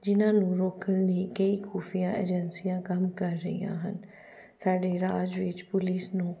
ਜਿਹਨਾਂ ਨੂੰ ਰੋਕਣ ਲਈ ਕਈ ਖੁਫੀਆ ਏਜੰਸੀਆਂ ਕੰਮ ਕਰ ਰਹੀਆਂ ਹਨ ਸਾਡੇ ਰਾਜ ਵਿੱਚ ਪੁਲਿਸ ਨੂੰ